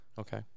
Okay